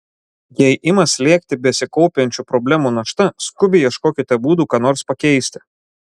jei ima slėgti besikaupiančių problemų našta skubiai ieškokite būdų ką nors pakeisti